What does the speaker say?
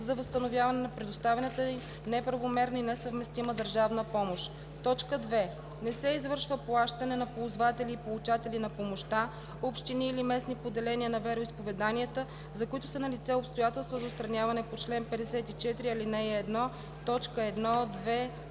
за възстановяване на предоставената им неправомерна и несъвместима държавна помощ; 2. не се извършва плащане на ползватели и получатели на помощта – общини или местни поделения на вероизповеданията, за които са налице обстоятелства за отстраняване по чл. 54, ал. 1, т.